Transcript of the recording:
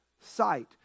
sight